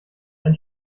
ein